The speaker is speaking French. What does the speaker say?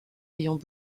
ayant